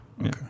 Okay